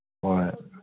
ꯍꯣꯏ